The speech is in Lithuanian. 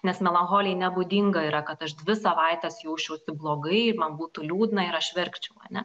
nes melancholijai nebūdinga yra kad aš dvi savaites jausčiausi blogai man būtų liūdna ir aš verkčiau ane